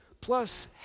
plus